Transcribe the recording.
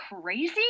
crazy